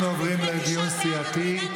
אנחנו עוברים לדיון סיעתי.